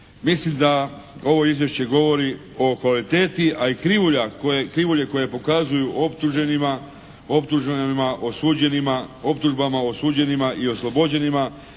Mislim da ovo izvješće govori o kvaliteti, a i krivulje koje pokazuju optuženima, osuđenima, optužbama, osuđenima i oslobođenima